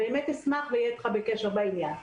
באמת אשמח ואהיה אתך בקשר בעניין הזה.